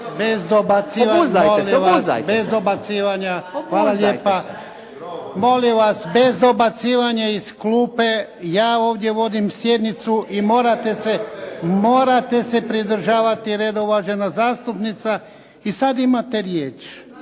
bez dobacivanja iz klupe. Ja ovdje vodim sjednicu i morate se pridržavati redova. Uvažena zastupnica i sada imate riječ.